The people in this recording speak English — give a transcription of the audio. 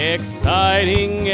Exciting